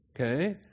Okay